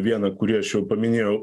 vieną kurį aš jau paminėjau